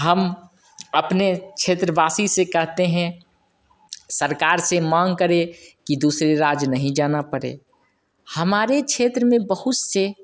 हम अपने क्षेत्रवासी से कहते हैं सरकार से मांग करें कि दूसरे राज्य नहीं जाना पड़े हमारे क्षेत्र में बहुत से